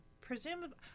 presumably